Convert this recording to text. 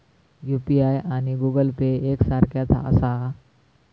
UPI आणि Google Pay एक सारख्याच आसा?